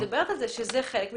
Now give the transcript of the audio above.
מדברת על כך שזה חלק מתפקידכם.